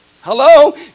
Hello